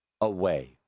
away